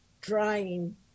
drying